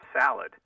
salad